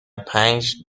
پنج